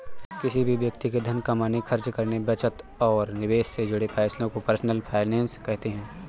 किसी भी व्यक्ति के धन कमाने, खर्च करने, बचत और निवेश से जुड़े फैसलों को पर्सनल फाइनैन्स कहते हैं